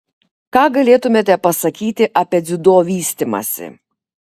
ką galėtumėte pasakyti apie dziudo vystymąsi